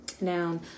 now